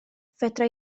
fedra